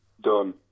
done